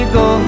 go